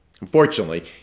Unfortunately